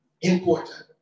important